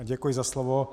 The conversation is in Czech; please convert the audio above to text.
Děkuji za slovo.